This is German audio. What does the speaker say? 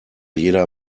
jeder